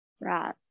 Right